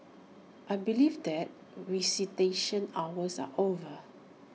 I believe that visitation hours are over